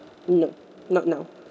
no not now